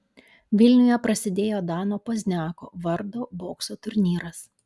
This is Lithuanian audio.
vilniuje prasidėjo dano pozniako vardo bokso turnyras